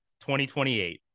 2028